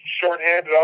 shorthanded